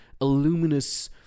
illuminous